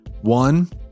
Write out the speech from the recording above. One